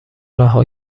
رها